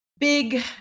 big